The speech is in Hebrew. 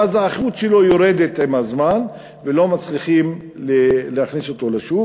ואז האיכות שלו יורדת עם הזמן ולא מצליחים להכניס אותו לשוק,